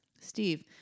Steve